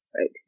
right